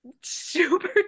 super